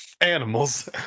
animals